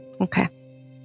okay